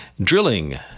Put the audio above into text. drilling